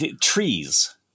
Trees